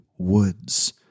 woods